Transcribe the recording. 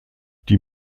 die